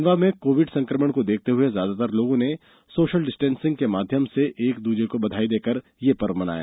खंडवा में कोविड संक्रमण को देखते हुए ज्यादातर लोगों ने सोशल मीडिया के माध्यम से एक दूजे को बधाई देकर यह पर्व मनाया